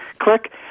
click